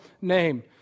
name